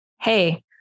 Hey